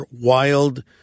wild